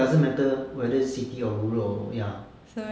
doesn't matter whether is city or rural or ya